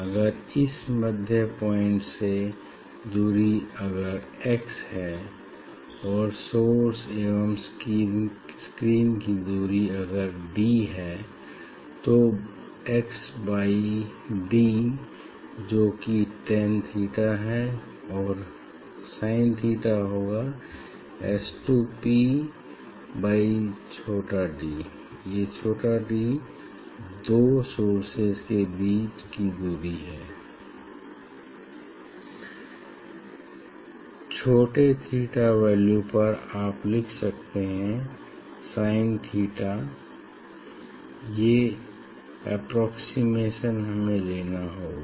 अगर इस मध्य पॉइंट से दुरी अगर x है और सोर्स एवं स्क्रीन की दूरी अगर D है तो x बाई D जो की टेन थीटा है और sin थीटा होगा S 2 प बाई छोटा d ये छोटा d दो सोर्सेज के बीच की दूरी है छोटे थीटा वैल्यू पर आप लिख सकते हैं sin थीटा ये अप्प्रोक्सिमेशन हमें लेना होगा